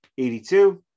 82